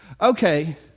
okay